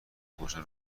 خودشان